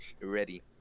Ready